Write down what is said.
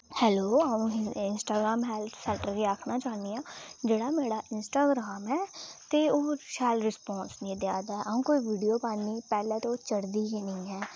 hello अ'ऊं Instagram health centre गी आखना चाह्नी आं जेह्ड़ा मेरा इंस्टाग्राम ऐ ते ओह् शैल रिस्पांस निं देआ दा अ'ऊं कोई विडीयो पानी पैह्लें ते चलदी गै नेईं ऐ